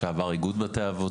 לשעבר איגוד בתי אבות.